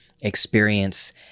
experience